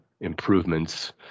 improvements